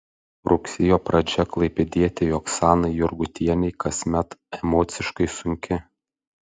rugsėjo pradžia klaipėdietei oksanai jurgutienei kasmet emociškai sunki